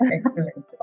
Excellent